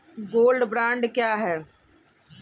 Gold bond क्या है?